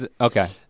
okay